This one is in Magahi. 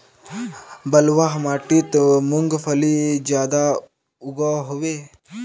बलवाह माटित मूंगफली ज्यादा उगो होबे?